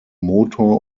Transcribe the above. motor